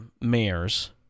mayors